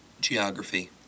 geography